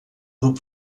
grup